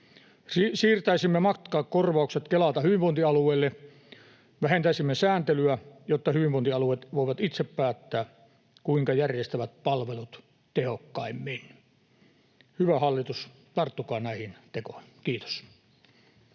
siirtäisimme matkakorvaukset Kelalta hyvinvointialueille ja vähentäisimme sääntelyä, jotta hyvinvointialueet voivat itse päättää, kuinka järjestävät palvelut tehokkaimmin. Hyvä hallitus, tarttukaa näihin tekoihin. — Kiitos.